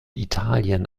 italien